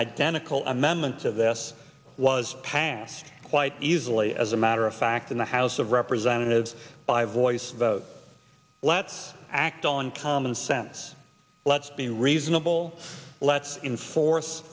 identical amendments of this was passed quite easily as a matter of fact in the house of representatives by voice vote let's act on common sense let's be reasonable let's enforce